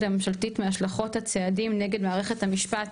והממשלתית להשלכות הצעדים נגד מערכת המשפט